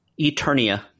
Eternia